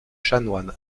chanoine